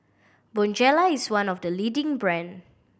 Bonjela is one of the leading brand